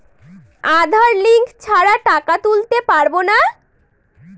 আধার link ছাড়া টাকা তুলতে পারব না?